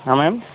हाँ मैम